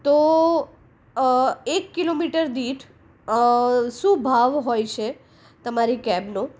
તો એક કિલોમીટર દીઠ શું ભાવ હોય છે તમારી કેબનો